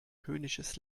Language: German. höhnisches